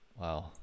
wow